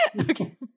Okay